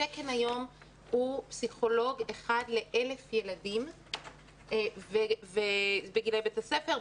התקן היום הוא פסיכולוג אחד ל-1,000 ילדים בגילאי בית הספר.